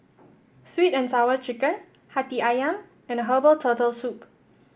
sweet and Sour Chicken hati ayam and Herbal Turtle Soup